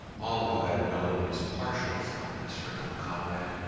all who had known his partial fondness for young conrad,